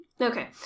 Okay